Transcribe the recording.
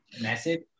message